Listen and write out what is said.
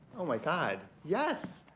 oh my god, yes.